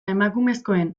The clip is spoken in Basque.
emakumezkoen